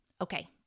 Okay